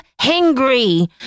hungry